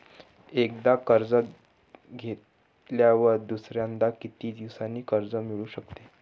एकदा कर्ज घेतल्यावर दुसऱ्यांदा किती दिवसांनी कर्ज मिळू शकते?